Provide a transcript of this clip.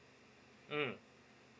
mm